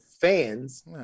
fans